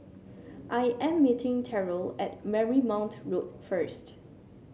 I am meeting Terrell at Marymount Road first